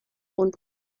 und